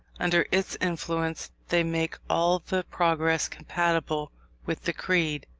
under its influence they make all the progress compatible with the creed,